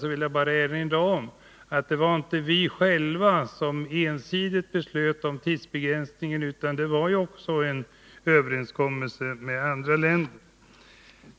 Jag vill bara erinra om att vi inte ensidigt beslöt om tidsbegränsningen, utan att det var fråga om en överenskommelse med andra länder.